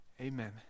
Amen